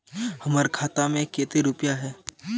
हमर खाता में केते रुपया है?